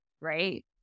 right